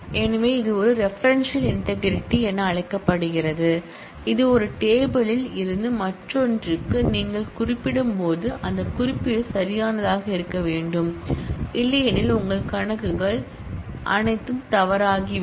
எனவே இது ஒரு ரெபரென்ஷியல் இன்டெக்ரிடி என அழைக்கப்படுகிறது இது ஒரு டேபிள் யில் இருந்து மற்றொன்றுக்கு நீங்கள் குறிப்பிடும்போது அந்த குறிப்பு சரியானதாக இருக்க வேண்டும் இல்லையெனில் உங்கள் கணக்கீடுகள் அனைத்தும் தவறாகிவிடும்